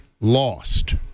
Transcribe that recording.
lost